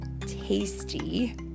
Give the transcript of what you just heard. tasty